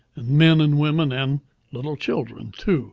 and men and women, and little children, too,